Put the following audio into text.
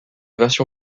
version